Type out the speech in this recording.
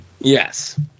Yes